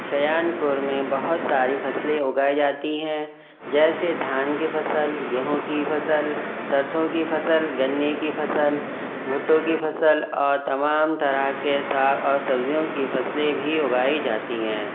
شاہجہان پور میں بہت ساری فصلیں اگائی جاتی ہیں جیسے دھان کی فصل گیہوں کی فصل سرسوں کی فصل گنے کی فصل بھٹوں کی فصل اور تمام طرح کے ساگ اور سبزیوں کی فصلیں بھی اگائی جاتی ہیں